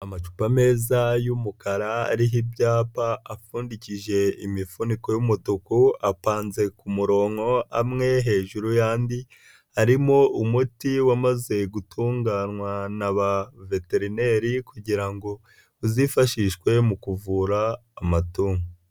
Amacupa meza y'umukara ariho ibyapa apfundikije imifuniko y'umutuku, apanze ku murongo amwe hejuru y'andi. Harimo umuti wamaze gutunganwa na ba veterineri kugira ngo, uzifashishwe mu kuvura amatungo.